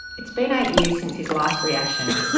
it's been eight years since his last reaction.